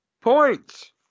Points